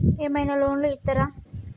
ఏమైనా లోన్లు ఇత్తరా?